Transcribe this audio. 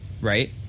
right